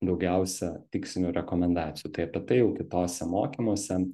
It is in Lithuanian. daugiausia tikslinių rekomendacijų tai apie tai jau kitose mokymuose